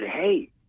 hey